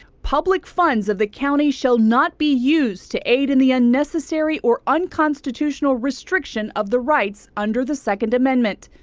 public funds of the county shall not be used to aid in the unnecessary or unconstitutional restriction of the rights under the second amendment.